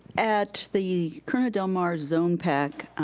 at the corona del mar zone pack,